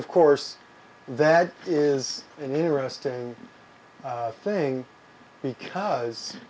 of course that is an interesting thing because